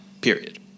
period